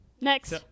Next